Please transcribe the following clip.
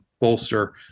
bolster